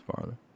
farther